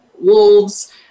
wolves